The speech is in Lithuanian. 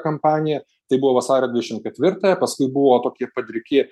kampanija tai buvo vasario dvidešim ketvirtąją paskui buvo tokie padriki